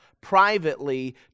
privately